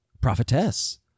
Prophetess